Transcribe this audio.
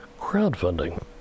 crowdfunding